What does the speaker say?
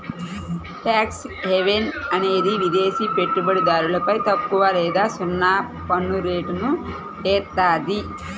tax haven అనేది విదేశి పెట్టుబడిదారులపై తక్కువ లేదా సున్నా పన్నురేట్లను ఏత్తాది